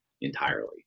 entirely